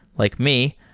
like me,